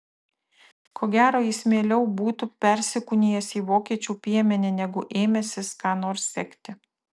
ko gero jis mieliau būtų persikūnijęs į vokiečių piemenį negu ėmęsis ką nors sekti